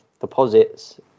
deposits